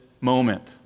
moment